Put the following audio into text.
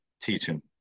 teaching